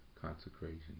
consecration